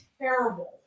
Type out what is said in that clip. terrible